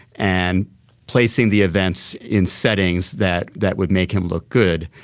and placing the events in settings that that would make him look good.